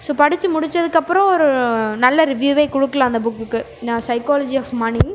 so படித்து முடித்ததுக்கப்புறோம் ஒரு நல்ல ரிவ்யூவே கொடுக்குலாம் அந்த புக்குக்கு சைக்காலஜி ஆஃப் மனி